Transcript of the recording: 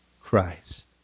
Christ